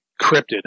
cryptid